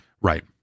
Right